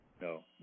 No